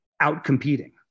out-competing